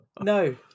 No